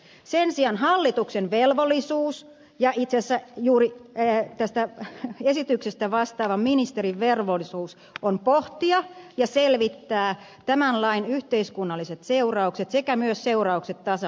sen sijaan hallituksen velvollisuus ja itse asiassa juuri tästä esityksestä vastaavan ministerin velvollisuus on pohtia ja selvittää tämän lain yhteiskunnalliset seuraukset sekä myös seuraukset tasa arvonäkökulmasta